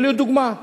ולדוגמה,